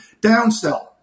Downsell